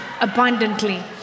abundantly